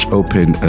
open